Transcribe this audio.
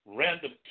random